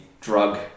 drug